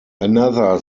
another